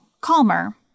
calmer